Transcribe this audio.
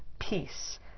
peace